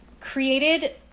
created